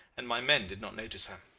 and my men did not notice her.